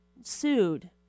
sued